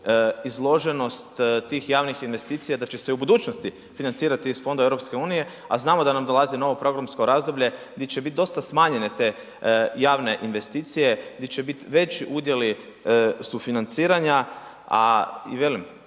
izloženost tih javnih investicija da će se i u budućnosti financirati iz Fondova EU, a znamo da nam dolazi novo programsko razdoblje di će bit dosta smanjene te javne investicije, di će bit veći udjeli sufinanciranja, a i velim